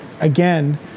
again